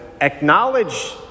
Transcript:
acknowledge